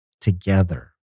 together